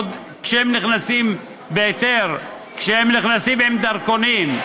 איך אפשר כאשר מדובר במסתננים?